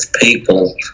people